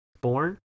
born